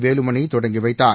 வேலுமணி தொடங்கி வைத்தார்